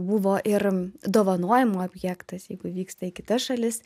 buvo ir dovanojimų objektas jeigu vyksta į kitas šalis